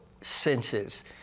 senses